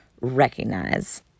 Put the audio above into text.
recognize